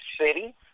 City